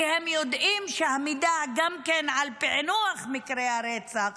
כי הם יודעים שהמידע גם על פענוח מקרי הרצח